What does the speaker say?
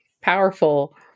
powerful